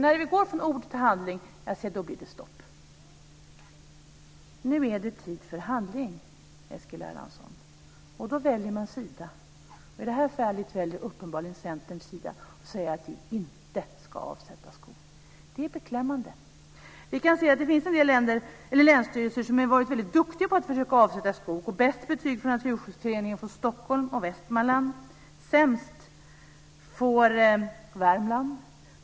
När vi går från ord till handling blir det stopp. Nu är det tid för handling, Eskil Erlandsson. Då väljer man sida. I det här fallet väljer uppenbarligen Centern sida och säger att vi inte ska avsätta skog. Det är beklämmande. Det finns en del länsstyrelser som har varit väldigt duktiga på att avsätta skog. Bäst betyg från Naturskyddsföreningen får Stockholm och Västmanland. Sämst får Värmland.